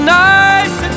nice